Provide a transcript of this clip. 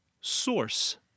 Source